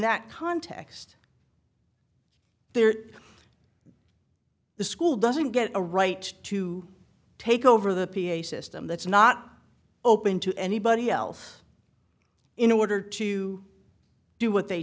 that context there the school doesn't get a right to take over the p a system that's not open to anybody else in order to do